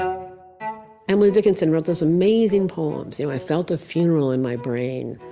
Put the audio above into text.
um emily dinkinson wrote those amazing poems. you know i felt a funeral in my brain,